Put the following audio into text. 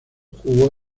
jugó